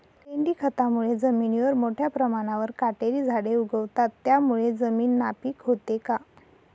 लेंडी खतामुळे जमिनीवर मोठ्या प्रमाणावर काटेरी झाडे उगवतात, त्यामुळे जमीन नापीक होते का?